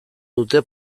dute